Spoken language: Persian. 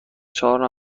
چهار